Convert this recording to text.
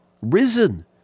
risen